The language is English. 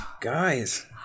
Guys